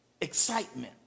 Excitement